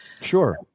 Sure